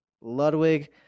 Ludwig